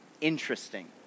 interesting